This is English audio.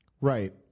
Right